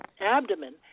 abdomen